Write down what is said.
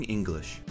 English